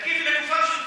תגיבי לגופם של דברים.